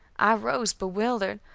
i rose, bewildered,